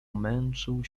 męczył